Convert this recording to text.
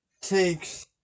Takes